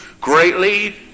greatly